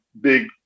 big